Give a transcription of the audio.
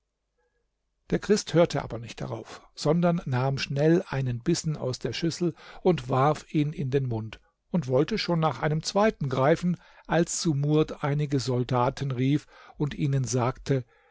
der christ hörte aber nicht darauf sondern nahm schnell einen bissen aus der schüssel und warf ihn in den mund und wollte schon nach einem zweiten greifen als sumurd einige soldaten rief und ihnen sagte